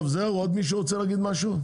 טוב, זהו, עוד מישהו רוצה להגיד משהו?